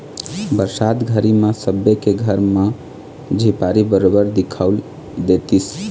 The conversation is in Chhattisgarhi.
बरसात घरी म सबे के घर म झिपारी बरोबर दिखउल देतिस